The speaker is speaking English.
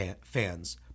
fans